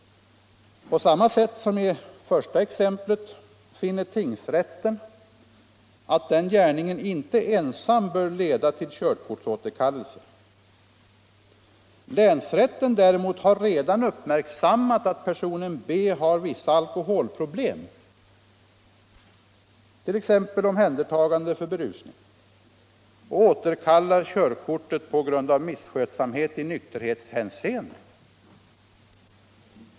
På samma sätt som i mitt första exempel finner tingsrätten att den gärningen inte ensam bör leda till körkortsåterkallelse. Länsrätten har däremot redan uppmärksammat att personen B har vissa alkoholproblem, t.ex. omhändertagande för berusning, och återkallar körkortet på grund av misskötsamhet i nykterhetshänseende.